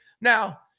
Now